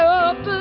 up